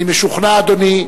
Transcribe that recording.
אני משוכנע, אדוני,